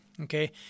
okay